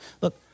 Look